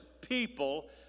people